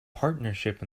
partnership